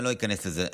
ואני לא איכנס לזה.